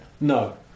No